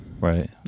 Right